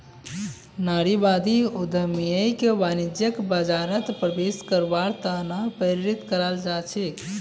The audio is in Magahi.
नारीवादी उद्यमियक वाणिज्यिक बाजारत प्रवेश करवार त न प्रेरित कराल जा छेक